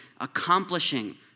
accomplishing